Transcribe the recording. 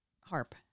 harp